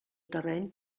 terreny